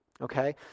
okay